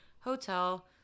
hotel